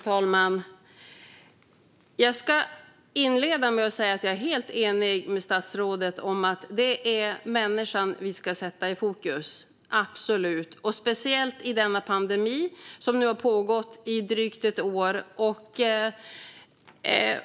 Fru talman! Jag ska inleda med att säga att jag är helt enig med statsrådet om att det är människan som vi ska sätta i fokus - absolut - och speciellt i denna pandemi som nu har pågått i drygt ett år.